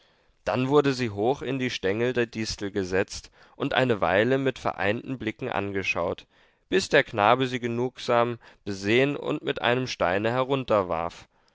dann wurde sie hoch in die stengel der distel gesetzt und eine weile mit vereinten blicken angeschaut bis der knabe sie genugsam besehen und mit einem steine